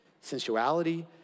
sensuality